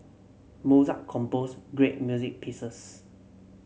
Mozart compose great music pieces